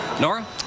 Nora